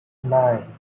nine